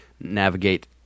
navigate